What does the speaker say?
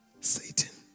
Satan